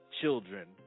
children